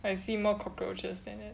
I see more cockroaches than that